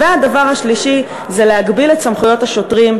והדבר השלישי זה להגביל את סמכויות השוטרים,